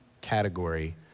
category